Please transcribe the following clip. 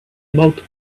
about